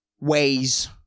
ways